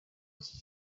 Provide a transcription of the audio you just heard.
iki